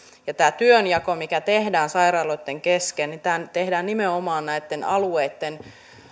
ja tämä työnjako mikä tehdään sairaaloitten kesken tehdään nimenomaan näitten alueitten